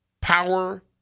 power